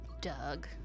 Doug